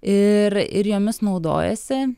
ir ir jomis naudojasi